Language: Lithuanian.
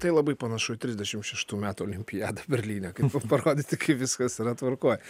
tai labai panašu į trisdešimt šeštų metų olimpiadą berlyne parodyti kaip viskas yra tvarkoj